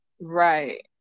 right